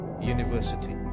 University